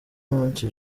umunsi